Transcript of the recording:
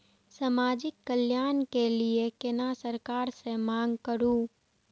समाजिक कल्याण के लीऐ केना सरकार से मांग करु?